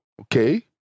Okay